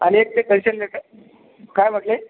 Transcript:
आणि एक ते कल्चर लेटर काय म्हटले